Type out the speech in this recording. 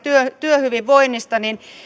työhyvinvoinnista että